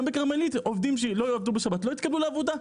גם בכרמלית עובדים שלא עובדים בשבת לא יתקבלו לעבודה.